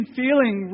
feeling